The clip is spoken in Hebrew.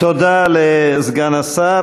תודה לסגן השר.